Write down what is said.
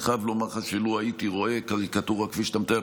אני חייב לומר לך שלו הייתי רואה קריקטורה כפי שאתה מתאר,